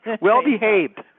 Well-behaved